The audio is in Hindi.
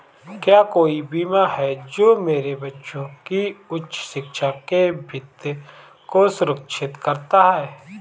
क्या कोई बीमा है जो मेरे बच्चों की उच्च शिक्षा के वित्त को सुरक्षित करता है?